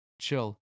chill